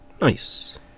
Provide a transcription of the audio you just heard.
Nice